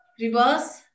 Reverse